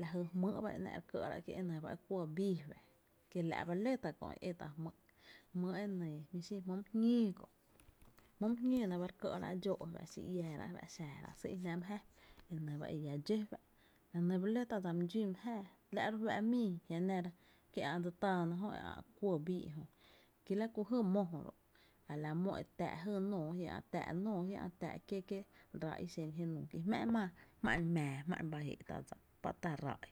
lajy jmý’ ba e náá’ re kɇ’ráá’ ki e nɇ ba e kuɇ bii fa´’ kiela’ ba ló tá’ kö’ e e ta’ jmý’ my jñóo kö’jmý’ my jñóó nɇ ba re kɇ’ráá’ dxóó’ fá’ xi iáará’ sý’jnáá’ my jáaá, enɇ ba e llá dxó fa’ la nɇ ba ló tá’ dsa my dxún my jáaá, la nɇ ro’ fá’ mii, jia’ nera xi ä’ dse táána jö e kuɇ bii ejö ki la jy mó jö ro’ a la jy mó e táá’ jy nóoó jia’ ä’ táá’ nóoó jia’ ä’ táá’ kié kie’ ráá’ i xen jenuu ki jmá’n mⱥⱥ jmá’n ba ee’ tá’ dsa tá’ ráá’ i.